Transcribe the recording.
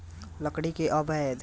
लकड़ी के अवैध कटाई भी आजकल बहुत चलता